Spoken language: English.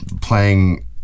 playing